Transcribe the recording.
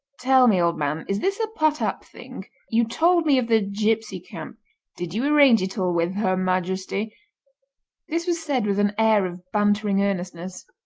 tell me, old man, is this a put-up thing? you told me of the gipsy camp did you arrange it all with her majesty this was said with an air of bantering earnestness.